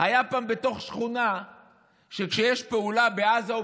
היה פעם בתוך שכונה שכשיש פעולה בעזה או